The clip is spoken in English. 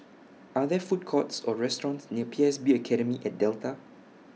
Are There Food Courts Or restaurants near P S B Academy At Delta